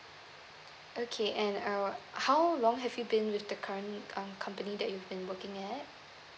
okay and err how long have you been with the current um company that you have been working at